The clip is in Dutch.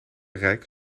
rijk